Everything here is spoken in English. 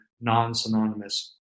non-synonymous